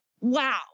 wow